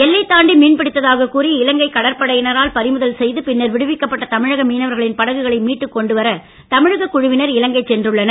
எல்லை தாண்டி மீன் பிடித்ததாகக் கூறி இலங்கை கடற்படையினரால் பறிமுதல் செய்து பின்னர் விடுவிக்கப்பட்ட தமிழக மீனவர்களின் படகுகளை மீட்டுக் கொண்டு வர தமிழக குழுவினர் இலங்கை சென்றுள்ளனர்